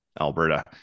Alberta